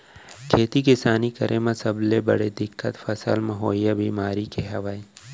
खेती किसानी करे म सबले बड़े दिक्कत फसल म होवइया बेमारी के हवय